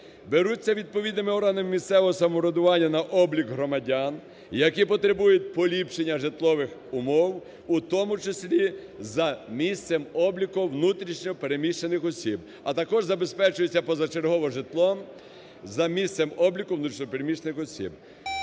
беруться відповідними органами місцевого самоврядування на облік громадян, які потребують поліпшення житлових умов, у тому числі за місцем обліку внутрішньо переміщених осіб, а також забезпечуються позачергово житлом за місцем обліку внутрішньо переміщених осіб.